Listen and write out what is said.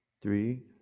three